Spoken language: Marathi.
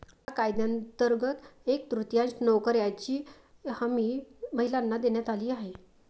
या कायद्यांतर्गत एक तृतीयांश नोकऱ्यांची हमी महिलांना देण्यात आली आहे